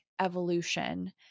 evolution